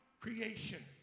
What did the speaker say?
creation